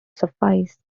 suffice